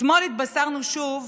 אתמול התבשרנו שוב